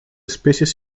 especies